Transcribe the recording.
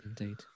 Indeed